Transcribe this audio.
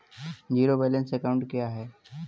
Zero balance account क्या है?